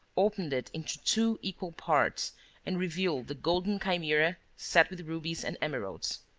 opened it into two equal parts and revealed the golden chimera, set with rubies and emeralds.